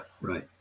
Right